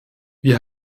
wir